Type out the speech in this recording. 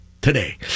today